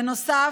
בנוסף,